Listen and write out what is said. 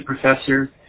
professor